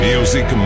Music